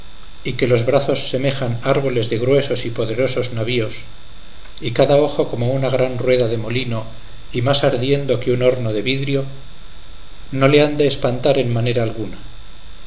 y que los brazos semejan árboles de gruesos y poderosos navíos y cada ojo como una gran rueda de molino y más ardiendo que un horno de vidrio no le han de espantar en manera alguna